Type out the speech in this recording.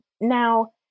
Now